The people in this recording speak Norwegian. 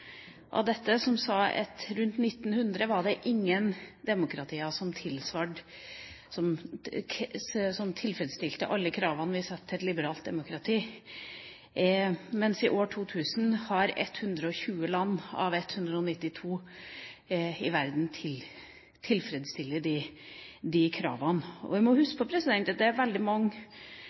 av dette som viste at rundt 1900 var det ingen demokrati som tilfredsstilte alle de kravene vi stiller til et liberalt demokrati, mens det i 2000 var 120 av 192 land i verden som tilfredsstilte de kravene. Vi må huske på at veldig mange